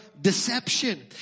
deception